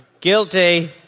Guilty